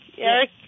Eric